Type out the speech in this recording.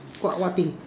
got what pick